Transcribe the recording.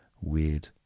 Weird